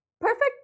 perfect